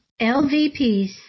LVPs